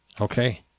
Okay